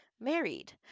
married